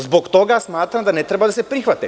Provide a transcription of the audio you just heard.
Zbog toga smatram da ne treba da se prihvate.